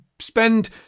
spend